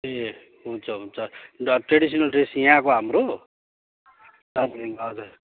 ए हुन्छ हुन्छ traditional dress यहाँको हाम्रो दार्जिलिङको हजुर